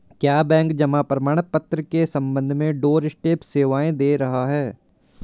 क्या बैंक जमा प्रमाण पत्र के संबंध में डोरस्टेप सेवाएं दे रहा है?